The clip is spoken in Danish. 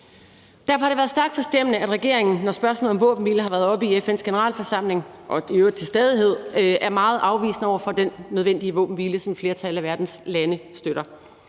Derfor har det været stærkt forstemmende, at regeringen, når spørgsmålet om våbenhvile har været oppe i FN's Generalforsamling, har været meget afvisende, og i øvrigt til stadighed er det, over for den nødvendige våbenhvile, som et flertal af verdens lande støtter.